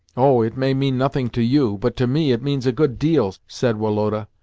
oh, it may mean nothing to you, but to me it means a good deal, said woloda,